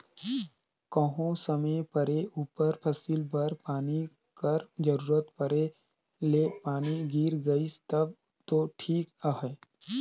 कहों समे परे उपर फसिल बर पानी कर जरूरत परे ले पानी गिर गइस तब दो ठीक अहे